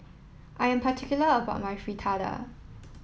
I am particular about my Fritada